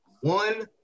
One